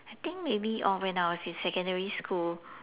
I think maybe oh when I was in secondary school